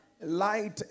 Light